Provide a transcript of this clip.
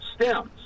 stems